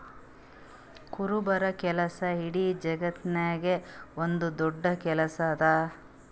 ಕುರುಬರ ಕೆಲಸ ಇಡೀ ಜಗತ್ತದಾಗೆ ಒಂದ್ ದೊಡ್ಡ ಕೆಲಸಾ ಅದಾ